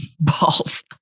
Balls